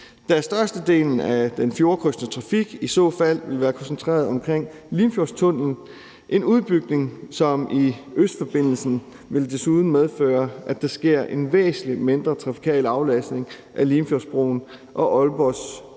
da størstedelen af den fjordkrydsende trafik i så fald vil være koncentreret omkring Limfjordstunnelen. En udbygning som i Østforbindelsen vil desuden medføre, at der sker en væsentlig mindre trafikal aflastning af Limfjordsbroen og Aalborgs